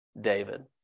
David